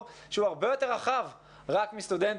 שהוא הרבה יותר רחב מאשר רק סטודנטים.